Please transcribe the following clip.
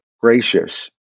gracious